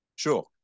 Sure